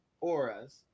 auras